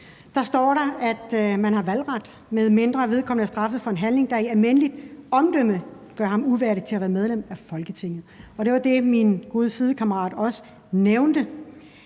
så står der, at man er valgbar, medmindre vedkommende er straffet for en handling, der i almindeligt omdømme gør ham uværdig til at være medlem af Folketinget. Og det var det, min gode sidekammerat også nævnte: